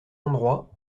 endroit